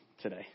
today